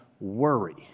worry